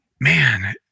man